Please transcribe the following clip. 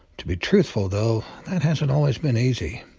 to be truthful though, that hasn't always been easy.